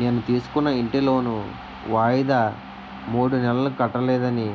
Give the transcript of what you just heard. నేను తీసుకున్న ఇంటి లోను వాయిదా మూడు నెలలు కట్టలేదని,